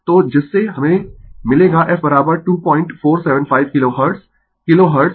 तो जिस से हमें मिलेगा f 2475 kilohertz kilo hertz